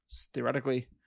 theoretically